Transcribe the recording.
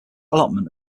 allotment